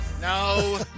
No